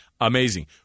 Amazing